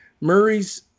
Murray's